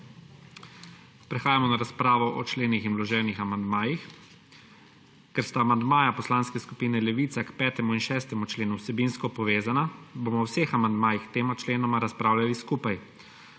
Prehajamo na razpravo o členih in vloženih amandmajih. Ker sta amandmaja Poslanke skupine Levica k 5. in 6. členu vsebinsko povezana, bomo o vseh amandmajih k tema členoma razpravljali skupaj.